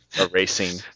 erasing